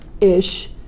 ish